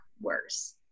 worse